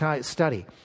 study